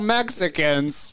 Mexicans